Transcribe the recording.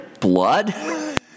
blood